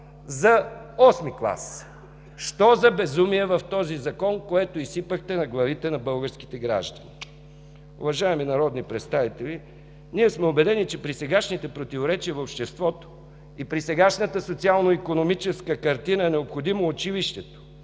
за осми клас. Що за безумие в този Закон, което изсипахте на главите на българските граждани? Уважаеми народни представители, ние сме убедени, че при сегашните противоречия в обществото и при сегашната социално-икономическа картина е необходимо училището